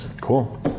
Cool